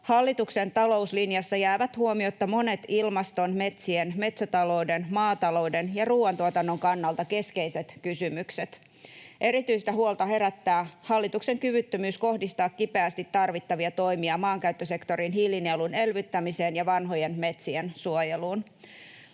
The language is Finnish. hallituksen talouslinjassa jäävät huomiotta monet ilmaston, metsien, metsätalouden, maatalouden ja ruuantuotannon kannalta keskeiset kysymykset. Erityistä huolta herättää hallituksen kyvyttömyys kohdistaa kipeästi tarvittavia toimia maankäyttösektorin hiilinielun elvyttämiseen ja vanhojen metsien suojeluun.